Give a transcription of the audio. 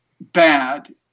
bad